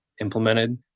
implemented